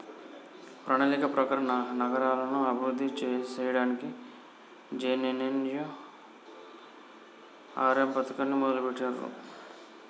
ప్రణాళిక ప్రకారం నగరాలను అభివృద్ధి సేయ్యడానికి జే.ఎన్.ఎన్.యు.ఆర్.ఎమ్ పథకాన్ని మొదలుబెట్టిర్రు